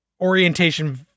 orientation